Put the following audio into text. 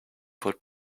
foot